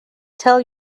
tell